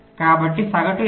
కాబట్టి సగటు ఎంత